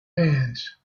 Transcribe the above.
hands